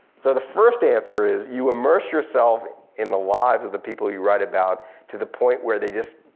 so the first answer is you immerse yourself in the lives of the people you write about to the point where they just,